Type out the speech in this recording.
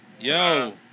Yo